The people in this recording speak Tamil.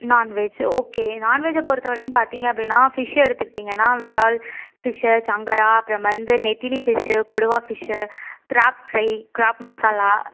நான்வெஜ் ஓகே நான்வெஜ்ஜை பொறுத்த வரைக்கும் பார்த்தீங்க அப்படின்னா ஃபிஷ் எடுத்துக்கிட்டிங்கன்னால் விரால் ஃபிஷ்ஷு சங்கரா அப்புறம் வந்து நெத்திலி ஃபிஷ்ஷு கொடுவாய் fish crab fry crab masala